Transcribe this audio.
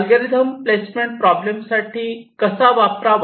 algorithm placement problem साठी कसा वापरावा